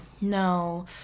no